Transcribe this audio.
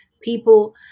people